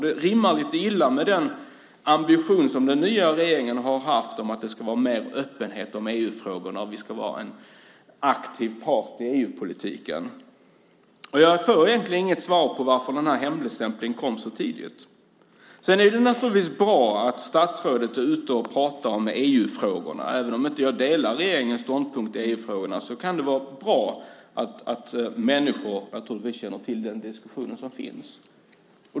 Det rimmar lite illa med den ambition som den nya regeringen har haft om att det ska vara mer öppenhet om EU-frågorna och att vi ska vara en aktiv part i EU-politiken. Jag får egentligen inget svar på varför den här hemligstämplingen kom så tidigt. Det är naturligtvis bra att statsrådet är ute och pratar om EU-frågorna. Även om jag inte delar regeringens ståndpunkt i EU-frågorna tycker jag att det kan vara bra att människor känner till den diskussion som finns.